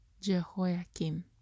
Jehoiakim